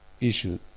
issue